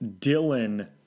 Dylan